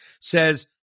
says